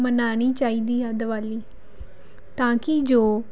ਮਨਾਉਣੀ ਚਾਹੀਦੀ ਹੈ ਦੀਵਾਲੀ ਤਾਂ ਕਿ ਜੋ